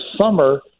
summer